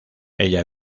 ella